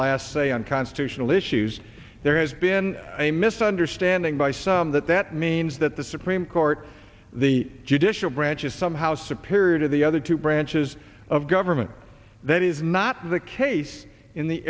last say on constitutional issues there has been a missile standing by some that that means that the supreme court the judicial branch is somehow superior to the other two branches of government that is not the case in the